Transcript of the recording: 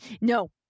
no